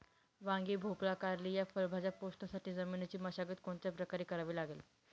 वांगी, भोपळा, कारली या फळभाज्या पोसण्यासाठी जमिनीची मशागत कोणत्या प्रकारे करावी लागेल?